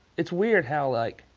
it's weird how, like,